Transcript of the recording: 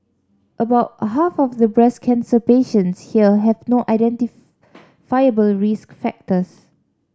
about half of the breast cancer patients here have no risk factors